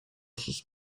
sus